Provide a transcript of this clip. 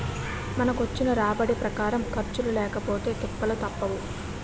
మనకొచ్చిన రాబడి ప్రకారం ఖర్చులు లేకపొతే తిప్పలు తప్పవు